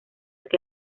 que